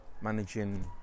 Managing